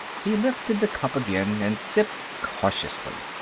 he lifted the cup again and sipped cautiously.